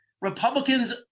Republicans